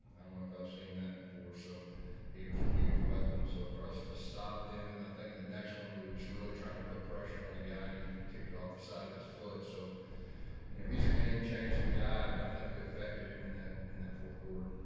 i don't know if i've seen that before. so he was a huge weapon. so for us to stop them. and i think the next one, we were just really trying to put pressure on the guy and he kicked it off the side of his foot. so you know, he's a game changing guy, but i think we affected him in that in that fourth quarter.